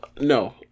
no